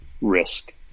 risk